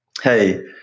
hey